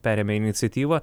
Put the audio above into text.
perėmė iniciatyvą